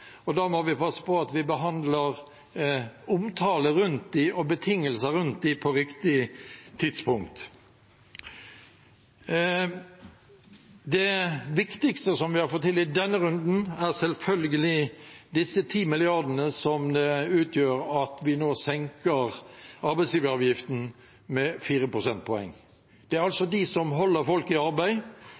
og da må vi passe på at vi behandler omtalen av dem og betingelsene rundt dem på riktig tidspunkt. Det viktigste som vi har fått til i denne runden, er selvfølgelig at vi nå senker arbeidsgiveravgiften med 4 prosentpoeng, noe som utgjør 10 mrd. kr. De som holder folk i arbeid,